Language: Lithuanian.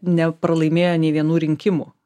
nepralaimėjo nei vienų rinkimų